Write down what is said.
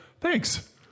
thanks